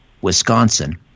Wisconsin